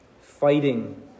fighting